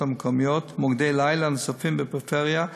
המקומיות מוקדי לילה נוספים בפריפריה,